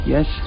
Yes